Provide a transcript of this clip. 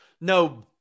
no